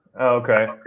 Okay